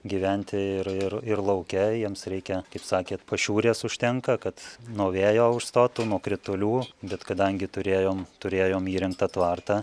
gyventi ir ir ir lauke jiems reikia kaip sakėt pašiūrės užtenka kad nuo vėjo užstotų nuo kritulių bet kadangi turėjom turėjom įrengtą tvartą